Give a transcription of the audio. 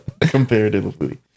Comparatively